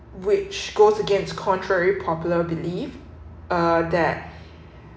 which goes against contrary popular believe uh that